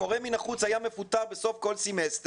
מורה מן החוץ היה מפוטר בסוף כל סימסטר